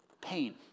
pain